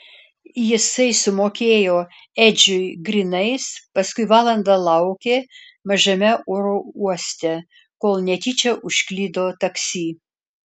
jisai sumokėjo edžiui grynais paskui valandą laukė mažame oro uoste kol netyčia užklydo taksi